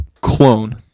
clone